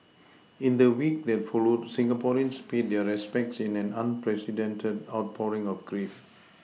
in the week that followed Singaporeans paid their respects in an unprecedented outpouring of grief